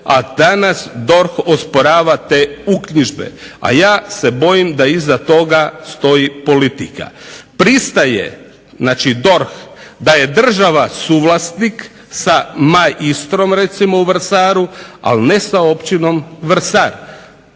a danas DORH osporava te uknjižbe a ja se bojim da iza toga stoji politika. Pristaje DORH da je država suvlasnik sa MAI Istrom u Vrsaru ali ne sa općinom Vrsar,